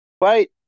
Right